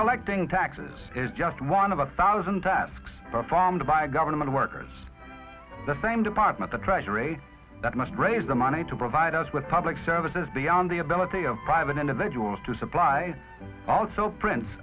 collecting taxes is just one of a thousand tasks performed by government workers the same department the treasury that must raise the money to provide us with public services beyond the ability of private individuals to supply also prin